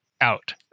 out